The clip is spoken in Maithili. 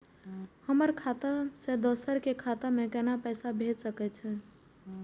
हमर खाता से दोसर के खाता में केना पैसा भेज सके छे?